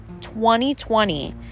2020